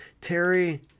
Terry